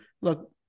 look